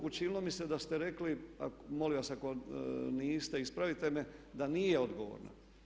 Učinilo mi se da ste rekli, a molim vas ako niste ispravite me, da nije odgovorna.